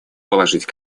положить